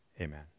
Amen